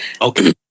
Okay